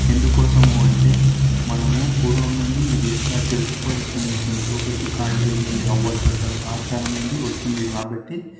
ఎందుకోసము అంటే మనము పూర్వము నుండి ఇది ఎట్లా తెలుసుకోవాల్సిన విషయం తోకచుక్క అంటే ఏంది అవ్వా తాతల ఆచారం నుండి వస్తుంది కాబట్టి